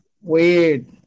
Weird